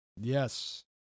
Yes